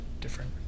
different